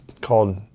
called